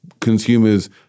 consumers